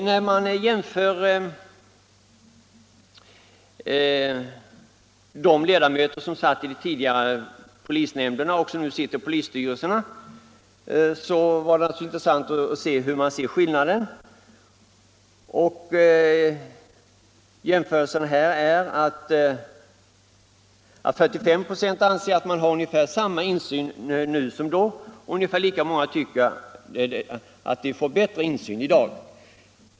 När man jämför den insyn ledamöterna hade i polisverksamheten på polisnämndernas tid med insynen i dagsläget, vilket också är intressant, framgår det att 45 96 anser att man har ungefär samma insyn nu som då, medan ungefär lika många tycker att de får bättre insyn i dag.